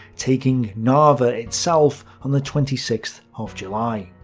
taking narva itself on the twenty sixth of july.